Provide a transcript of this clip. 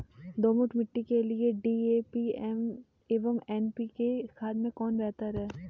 दोमट मिट्टी के लिए डी.ए.पी एवं एन.पी.के खाद में कौन बेहतर है?